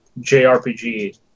JRPG